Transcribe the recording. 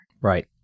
Right